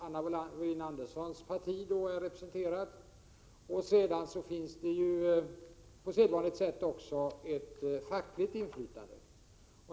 Anna Wohlin-Anderssons parti är representerat, dels på sedvanligt sätt också ett fackligt inflytande.